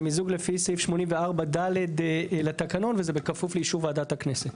זה מיזוג לפי סעיף 84ד לתקנון וזה בכפוף לאישור ועדת הכנסת.